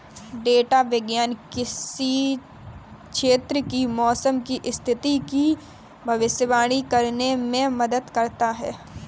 data विज्ञान किसी क्षेत्र की मौसम की स्थिति की भविष्यवाणी करने में मदद करता है